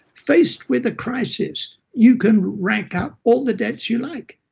faced with a crisis, you can rack up all the debts you like.